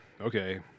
Okay